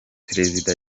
perezida